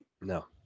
No